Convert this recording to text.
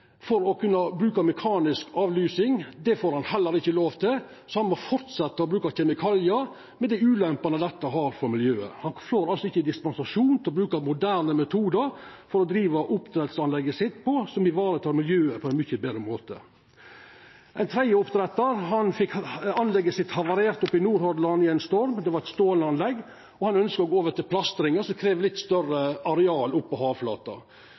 for å kunna bruka mekanisk avlusing. Det får han heller ikkje lov til, så han må fortsetja å bruka kjemikaliar, med dei ulempene dette har for miljøet. Han får altså ikkje dispensasjon til å bruka moderne metodar for å driva oppdrettsanlegget sitt, som varetek miljøet på ein mykje betre måte. Ein tredje oppdrettar fekk anlegget sitt i Nordhordland havarert i ein storm. Det var eit stålanlegg. Han ønskte å gå over til plastring, som krev litt større areal på havflata.